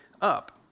up